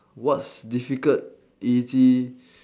what's difficult easy